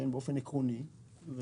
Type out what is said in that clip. באופן עקרוני,